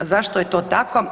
Zašto je to tako?